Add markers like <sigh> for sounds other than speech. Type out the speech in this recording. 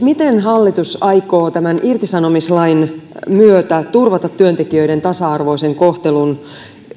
<unintelligible> miten hallitus aikoo tämän irtisanomislain myötä turvata työntekijöiden tasa arvoisen kohtelun